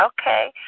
Okay